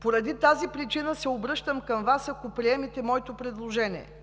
Поради тази причина се обръщам към Вас, ако приемете моето предложение –